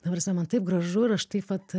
ta prasme man taip gražu ir aš taip vat